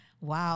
Wow